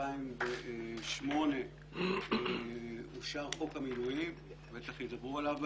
ב-2008 אושר חוק המילואים שבטח ידברו עליו בהמשך,